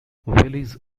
willys